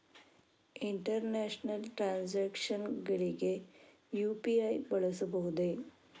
International transactions ಗಳಿಗೆ UPI ಬಳಸಬಹುದೇ?